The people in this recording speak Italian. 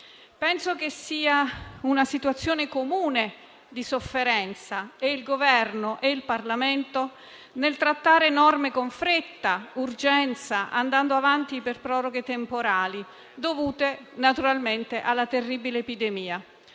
Penso sia una situazione comune di sofferenza per il Governo e il Parlamento trattare norme con fretta, urgenza, andando avanti per proroghe temporali dovute naturalmente alla terribile epidemia.